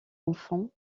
enfant